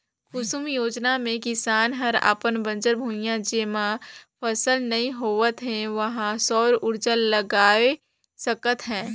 कुसुम योजना मे किसान हर अपन बंजर भुइयां जेम्हे फसल नइ होवत हे उहां सउर उरजा लगवाये सकत हे